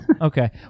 okay